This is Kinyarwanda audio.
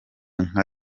nka